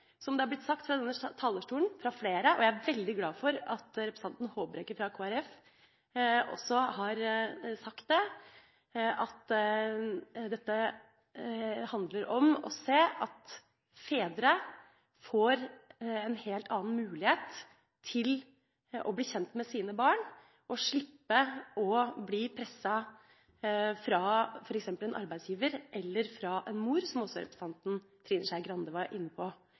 som det er blitt sagt fra denne talerstolen av flere, og jeg er veldig glad for at representanten Håbrekke fra Kristelig Folkeparti også har sagt det, at dette handler om å se at fedre får en helt annen mulighet til å bli kjent med sine barn og slipper å bli presset fra f.eks. en arbeidsgiver, eller fra en mor – som også representanten Trine Skei Grande var inne på